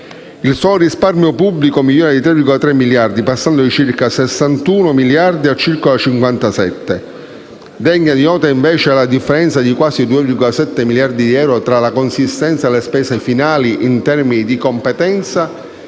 Il solo risparmio pubblico migliora di 3,3 miliardi, passando da circa 61,2 miliardi a circa 57,9 miliardi. Degna di nota invece la differenza di quasi 2,7 miliardi di euro tra la consistenza delle spese finali in termini di competenza